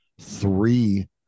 three